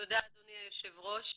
תודה אדוני היושב ראש.